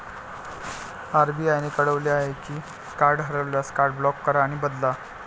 RBI ने कळवले आहे की कार्ड हरवल्यास, कार्ड ब्लॉक करा आणि बदला